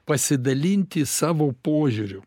pasidalinti savo požiūriu